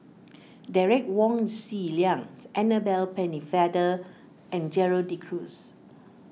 Derek Wong Zi Liang Annabel Pennefather and Gerald De Cruz